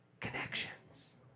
Connections